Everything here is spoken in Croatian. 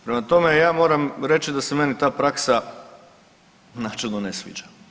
Prema tome, ja moram reći da se meni ta praksa načelno ne sviđa.